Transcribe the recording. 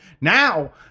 now